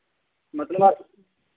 मतलब अस